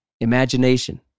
Imagination